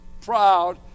proud